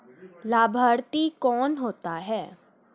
लाभार्थी कौन होता है?